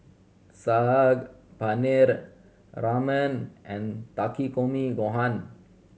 Saag Paneer Ramen and Takikomi Gohan